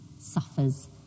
suffers